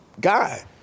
guy